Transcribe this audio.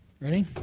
Ready